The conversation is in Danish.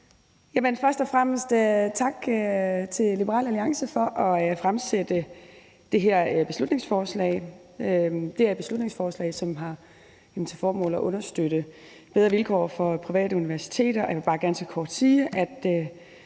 tak til Liberal Alliance for at fremsætte det her beslutningsforslag. Det er et beslutningsforslag, som har til formål at understøtte bedre vilkår for private universiteter,